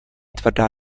tvrdá